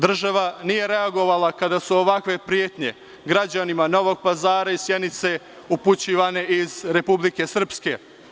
Država nije reagovala kada su ovakve pretnje građanima Novog Pazara i Sjenice upućivane iz Republike Srpske.